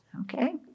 okay